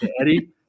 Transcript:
Eddie